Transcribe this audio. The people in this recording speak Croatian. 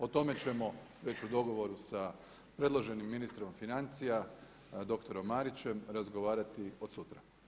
O tome ćemo već u dogovoru sa predloženim ministrom financija doktorom Mariće razgovarati od sutra.